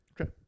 Okay